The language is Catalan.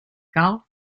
cal